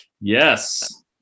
Yes